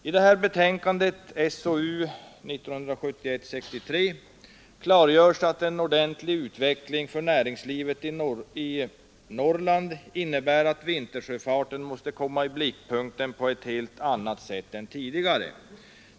I det här betänkandet, SOU 1971:63, klargörs att en ordentlig utveckling för näringslivet i Norrland innebär att vintersjöfarten måste komma i blickpunkten på ett helt annat sätt än tidigare.